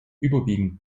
überwiegend